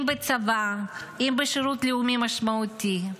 אם בצבא, אם בשירות לאומי משמעותי.